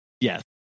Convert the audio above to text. Yes